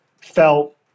felt